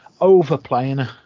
overplaying